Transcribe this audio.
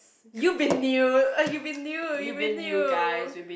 you've been knew you've been knew you've been knew